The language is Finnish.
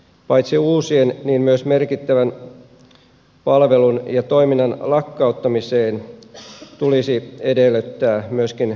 paitsi uusien palveluiden myös merkittävän palvelun ja toiminnan lakkauttamisen tulisi edellyttää ennakkoarviointia